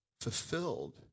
fulfilled